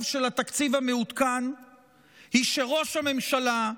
של התקציב המעודכן היא שראש הממשלה,